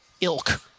ilk